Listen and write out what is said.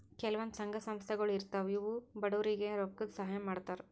ಕೆಲವಂದ್ ಸಂಘ ಸಂಸ್ಥಾಗೊಳ್ ಇರ್ತವ್ ಇವ್ರು ಬಡವ್ರಿಗ್ ರೊಕ್ಕದ್ ಸಹಾಯ್ ಮಾಡ್ತರ್